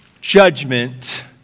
judgment